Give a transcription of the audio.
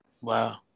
Wow